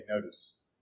notice